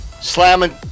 Slamming